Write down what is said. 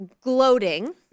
gloating